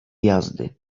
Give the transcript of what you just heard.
jazdy